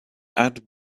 add